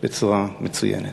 בצורה מצוינת.